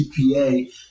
gpa